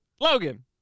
Logan